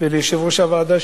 וליושב-ראש הוועדה,